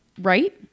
right